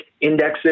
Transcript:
indexes